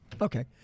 okay